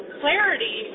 clarity